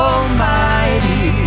Almighty